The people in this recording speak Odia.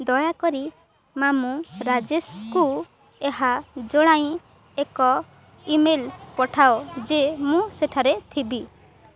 ଦୟାକରି ମାମୁଁ ରାଜେଶକୁ ଏହା ଜଣାଇ ଏକ ଇମେଲ୍ ପଠାଅ ଯେ ମୁଁ ସେଠାରେ ଥିବି